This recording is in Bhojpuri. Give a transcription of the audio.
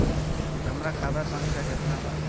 हमार खाता संख्या केतना बा?